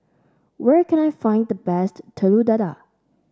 where can I find the best Telur Dadah